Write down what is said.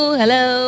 hello